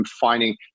finding